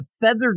feathered